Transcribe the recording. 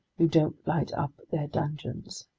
you don't light up their dungeons.